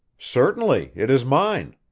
certainly it is mine.